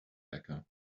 becca